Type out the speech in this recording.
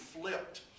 flipped